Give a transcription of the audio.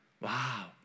Wow